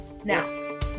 Now